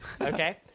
okay